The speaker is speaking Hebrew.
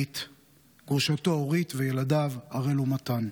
גרושתו אורית וילדיו הראל ומתן.